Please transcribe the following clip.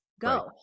go